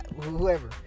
Whoever